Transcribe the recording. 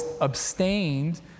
abstained